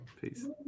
peace